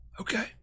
Okay